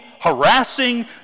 harassing